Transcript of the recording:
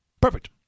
Perfect